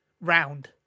round